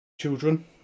children